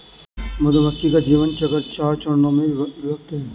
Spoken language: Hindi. मधुमक्खी का जीवन चक्र चार चरणों में विभक्त है